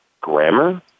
grammar